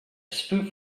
spoof